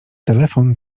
telefon